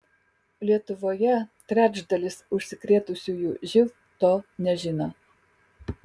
lietuvoje trečdalis užsikrėtusiųjų živ to nežino